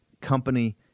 company